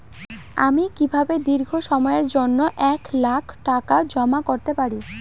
আমি কিভাবে দীর্ঘ সময়ের জন্য এক লাখ টাকা জমা করতে পারি?